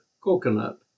coconut